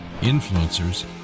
influencers